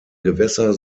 gewässer